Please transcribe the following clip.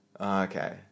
okay